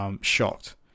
shocked